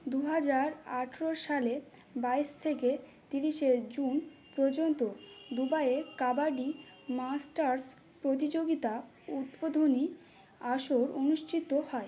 দু হাজার আঠেরো সালের বাইশ থেকে তিরিশে জুন পর্যন্ত দুবাইয়ে কাবাডি মাস্টার্স প্রতিযোগিতা উদ্বোধনী আসর অনুষ্ঠিত হয়